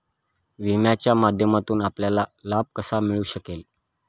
विम्याच्या माध्यमातून आपल्याला लाभ कसा मिळू शकेल?